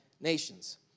Nations